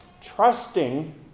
trusting